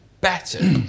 better